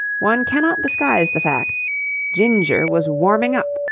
one cannot disguise the fact ginger was warming up.